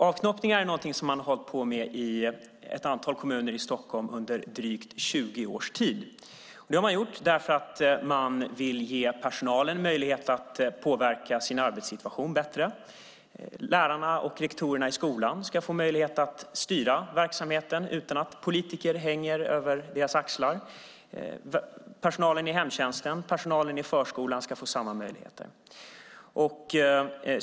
Avknoppningar är någonting som man i ett antal kommuner i Stockholm under drygt 20 års tid hållit på med - detta för att ge personalen möjlighet att bättre påverka sin arbetssituation. Lärarna och rektorerna i skolan ska få möjlighet att styra verksamheten utan att politiker hänger över deras axlar. Personalen inom hemtjänsten och i förskolan ska få samma möjligheter.